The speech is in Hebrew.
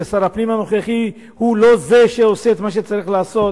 שר הפנים הנוכחי הוא לא זה שעושה את מה שצריך לעשות,